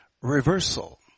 reversal